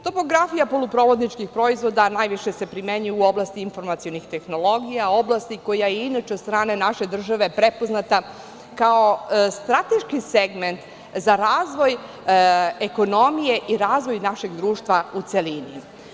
Topografija poluprovodničkih proizvoda najviše se primenjuje u oblasti informacionih tehnologija, oblasti koja je inače sa strane naše države prepoznata kao strateški segment za razvoj ekonomije i razvoj našeg društva u celini.